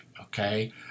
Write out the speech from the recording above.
okay